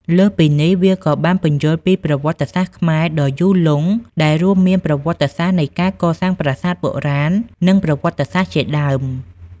លើសពីនេះ វាក៏បានពន្យល់ពី ប្រវត្តិសាស្ត្រខ្មែរ ដ៏យូរលង់ ដែលរួមមានប្រវត្តិសាស្ត្រនៃការកសាងប្រាសាទបុរាណ និងប្រវត្តិសាស្ត្រជាដើម។